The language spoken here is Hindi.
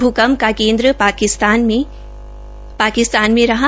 भूकंप का केन्द्र पाकिस्तान में रहा